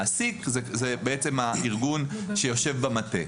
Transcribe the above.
המעסיק זה בעצם הארגון שיושב במטה.